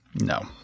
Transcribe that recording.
No